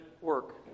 work